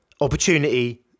opportunity